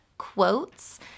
quotes